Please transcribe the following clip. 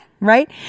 Right